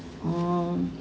um